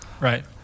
right